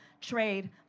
trade